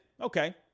okay